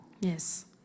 Yes